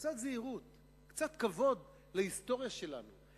קצת זהירות, קצת כבוד להיסטוריה שלנו.